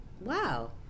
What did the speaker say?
Wow